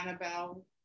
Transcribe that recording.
Annabelle